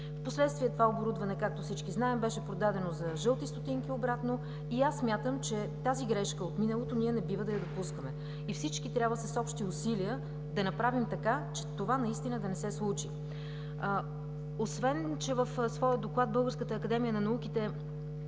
Впоследствие това оборудване, както всички знаем, беше продадено за жълти стотинки обратно. Смятам, че тази грешка от миналото не бива да я допускаме и всички, с общи усилия трябва да направим така, че това наистина да не се случи. Освен, че в своя доклад Българската академия на науките